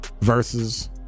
versus